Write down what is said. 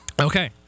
Okay